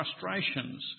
frustrations